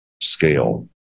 scale